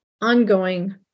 ongoing